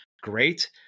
great